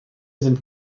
sind